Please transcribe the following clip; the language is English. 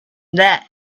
that